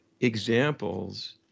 examples